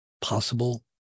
possible